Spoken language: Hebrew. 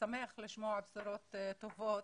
משמח לשמוע בשורות טובות,